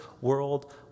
world